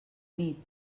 nit